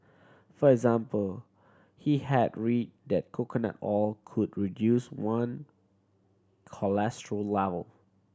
for example he had read that coconut oil could reduce one cholesterol level